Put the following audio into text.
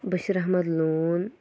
Bashir Ahmad لون